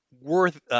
worth